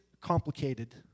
complicated